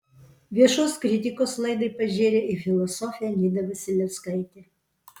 viešos kritikos laidai pažėrė ir filosofė nida vasiliauskaitė